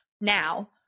now